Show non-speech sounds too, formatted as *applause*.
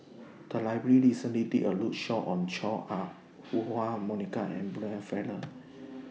The Library recently did A roadshow on Chua Ah Huwa Monica and Brian Farrell *noise*